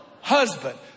husband